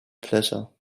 pleasure